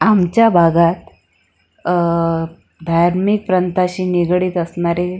आमच्या भागात धार्मिक प्रांताशी निगडीत असणारे